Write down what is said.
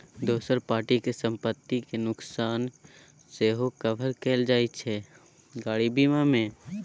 दोसर पार्टी केर संपत्ति केर नोकसान सेहो कभर कएल जाइत छै गाड़ी बीमा मे